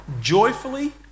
Joyfully